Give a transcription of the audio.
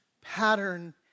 pattern